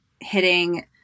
hitting